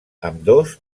ambdós